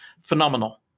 phenomenal